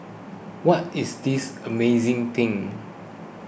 what is this amazing thing